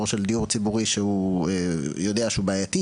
של דיור ציבורי שהוא יודע שהוא בעייתי,